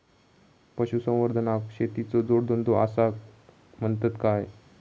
पशुसंवर्धनाक शेतीचो जोडधंदो आसा म्हणतत काय?